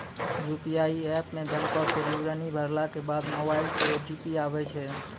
UPI app मे बैंको के विबरण भरला के बाद मोबाइल पे ओ.टी.पी आबै छै